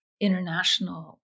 international